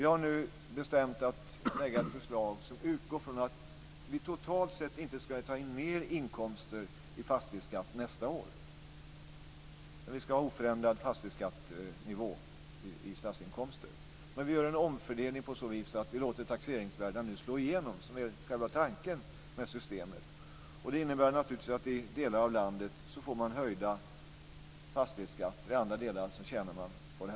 Vi har nu bestämt oss för att lägga fram ett förslag som utgår från att vi inte ska ta in mer inkomster totalt från fastighetsskatt nästa år. Vi ska ha en oförändrad nivå på statsinkomsterna från fastighetsskatt. Vi gör en omfördelning på så vis att vi låter taxeringsvärdena slå igenom. Det är själva tanken med systemet. Det innebär att man i delar av landet får höjd fastighetsskatt. I andra delar tjänar man på det.